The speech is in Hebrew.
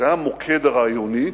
זה המוקד הרעיוני.